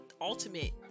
Ultimate